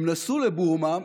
הם נסעו לבורמה,